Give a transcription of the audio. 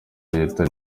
leta